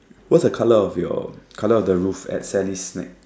what's the colour of your colour of the roof at Sally's snack